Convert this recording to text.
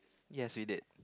yes we did